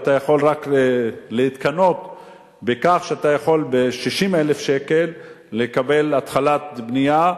אתה יכול רק להתקנא בכך שאתה יכול ב-60,000 שקל לקבל התחלת בנייה,